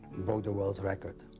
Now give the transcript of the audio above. broke the world record,